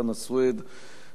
חנא סוייד,